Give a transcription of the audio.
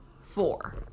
four